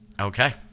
Okay